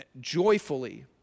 joyfully